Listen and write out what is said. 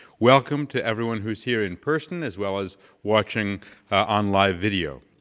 welcome to everyone who's here in person as well as watching on live video.